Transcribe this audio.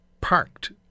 parked